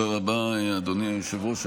תודה רבה, אדוני היושב-ראש.